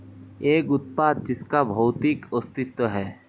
एक उत्पाद जिसका भौतिक अस्तित्व है?